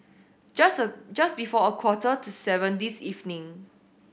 just just before a quarter to seven this evening